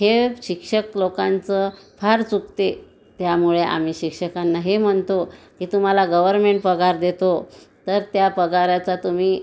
हे शिक्षक लोकांचं फार चुकते त्यामुळे आम्ही शिक्षकांना हे म्हणतो की तुम्हाला गवरमेंट पगार देतो तर त्या पगाराचा तुम्ही